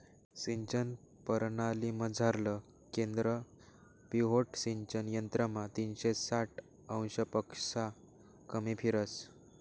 सिंचन परणालीमझारलं केंद्र पिव्होट सिंचन यंत्रमा तीनशे साठ अंशपक्शा कमी फिरस